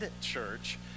church